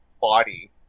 body